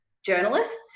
journalists